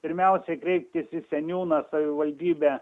pirmiausia kreiptis į seniūną savivaldybę